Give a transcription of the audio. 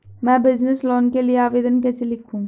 मैं business loan के लिए आवेदन कैसे लिखूँ?